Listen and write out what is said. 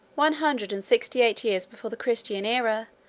one hundred and sixty-eight years before the christian aera,